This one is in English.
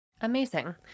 Amazing